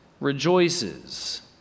rejoices